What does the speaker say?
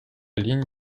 ligne